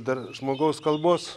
dar žmogaus kalbos